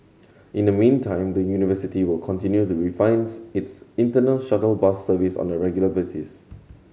in the meantime the university will continue the refines its internal shuttle bus service on a regular basis